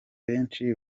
benshi